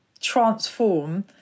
transform